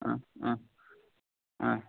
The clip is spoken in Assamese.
অঁ অঁ অঁ